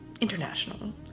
international